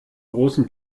großen